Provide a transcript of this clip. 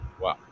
Wow